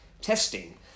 testing